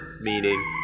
meaning